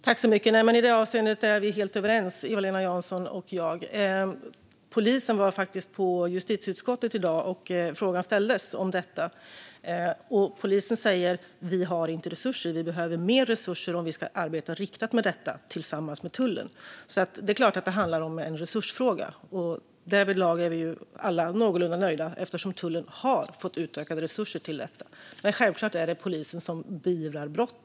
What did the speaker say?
Fru talman! I det avseendet är vi helt överens, Eva-Lena Jansson och jag. Polisen var faktiskt i justitieutskottet i dag, och frågan ställdes om detta. Polisen svarade att man inte har resurser. Man säger att man behöver mer resurser om man ska arbeta riktat med detta tillsammans med tullen. Det är alltså klart att det handlar om en resursfråga, och därvidlag är vi ju alla någorlunda nöjda eftersom tullen har fått utökade resurser till detta. Men självklart är det polisen som beivrar brott.